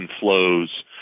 flows